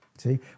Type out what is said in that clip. See